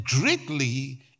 greatly